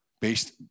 based